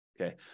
Okay